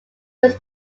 was